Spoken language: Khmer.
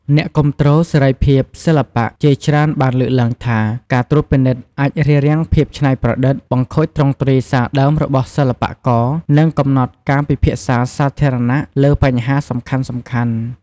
អ្នកគាំទ្រសេរីភាពសិល្បៈជាច្រើនបានលើកឡើងថា ការត្រួតពិនិត្យអាចរារាំងភាពច្នៃប្រឌិត បង្ខូចទ្រង់ទ្រាយសារដើមរបស់សិល្បករ និងកំណត់ការពិភាក្សាសាធារណៈលើបញ្ហាសំខាន់ៗ។